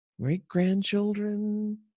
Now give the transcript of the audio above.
Great-grandchildren